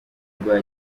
rwa